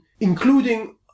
including